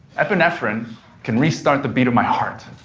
epinephrine can restart the beat of my heart,